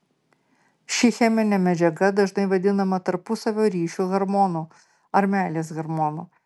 ši cheminė medžiaga dažnai vadinama tarpusavio ryšių hormonu ar meilės hormonu